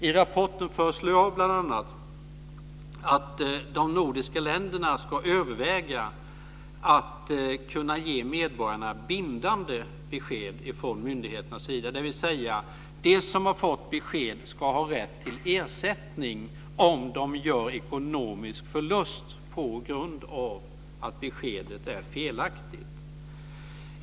I rapporten föreslår jag bl.a. att de nordiska länderna ska överväga att ge medborgarna bindande besked från myndigheternas sida, dvs. de som har fått besked ska ha rätt till ersättning om de gör ekonomisk förlust på grund av att beskedet är felaktigt.